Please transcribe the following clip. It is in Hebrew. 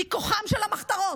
מכוחן של המחתרות.